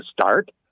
start